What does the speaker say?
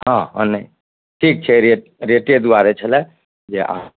हँ हँ नहि ठीक छै रेट रेटे दुआरे छलै जे अहाँ